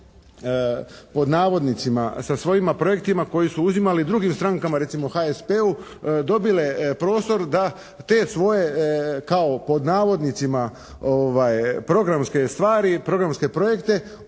pod navodnicima sa svojima projektima koje su uzimali drugim strankama recimo HSP-u dobile prostor da te svoje kao pod navodnicima programske stvari, programske projekte